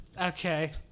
Okay